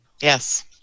Yes